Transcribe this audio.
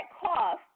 cost